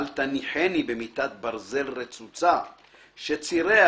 אל תניחני במיטת ברזל רצוצה שציריה,